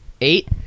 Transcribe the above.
Eight